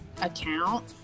account